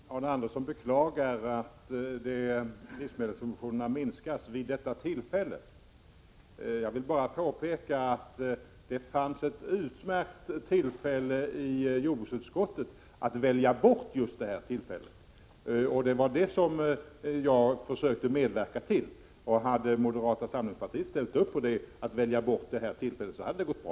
Herr talman! Arne Andersson i Ljung beklagar att livsmedelssubventionerna minskas vid detta tillfälle. Jag vill bara påpeka att det i jordbruksutskottet fanns en utmärkt möjlighet att välja bort just detta tillfälle, och det var det som jag försökte medverka till. Om moderata samlingspartiet hade ställt sig bakom förslaget att välja bort detta tillfälle hade det gått bra.